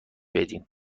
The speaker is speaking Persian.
بدیم